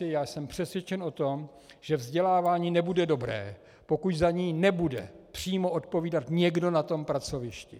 Já jsem přesvědčen o tom, že vzdělávání nebude dobré, pokud za něj nebude přímo odpovídat někdo na tom pracovišti.